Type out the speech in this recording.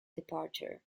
departure